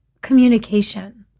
communication